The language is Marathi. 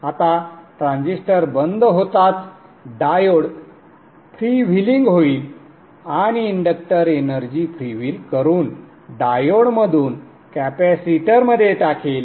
आता ट्रांझिस्टर बंद होताच डायोड फ्रीव्हीलिंग होईल आणि इंडक्टर एनर्जी फ्रीव्हील करून डायोडमधून कॅपेसिटरमध्ये टाकेल